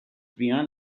beyond